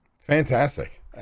Fantastic